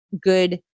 good